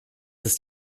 ist